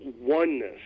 oneness